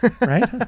Right